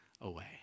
away